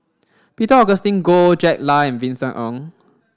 Peter Augustine Goh Jack Lai and Vincent Ng